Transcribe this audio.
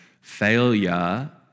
failure